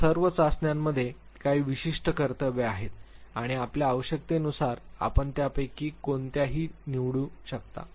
या सर्व चाचण्यांमध्ये काही विशिष्ट कर्तव्ये आहेत आणि आपल्या आवश्यकतेनुसार आपण त्यापैकी कोणत्याही निवडी निवडू शकता